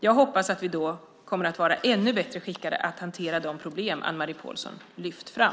Jag hoppas att vi då kommer att vara ännu bättre skickade att hantera de problem Anne-Marie Pålsson lyft fram.